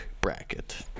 bracket